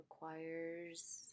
requires